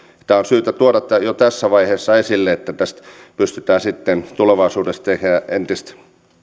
tämä on syytä tuoda jo tässä vaiheessa esille että tästä pystytään sitten tulevaisuudessa tekemään entistä